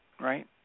right